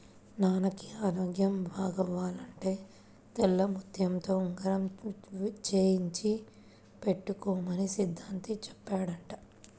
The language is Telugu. నాన్నకి ఆరోగ్యం బాగవ్వాలంటే తెల్లముత్యంతో ఉంగరం చేయించి పెట్టుకోమని సిద్ధాంతి చెప్పాడంట